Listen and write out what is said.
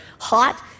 hot